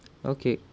okay